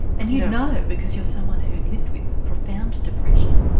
and you'd know because you're someone who'd lived with profound depression.